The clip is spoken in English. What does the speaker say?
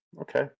Okay